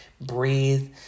breathe